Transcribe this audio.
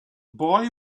boy